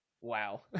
Wow